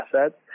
assets